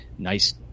nice